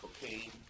cocaine